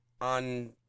on